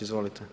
Izvolite.